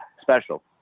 special